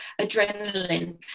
adrenaline